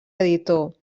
editor